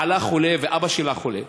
בעלה חולה ואבא שלה חולה.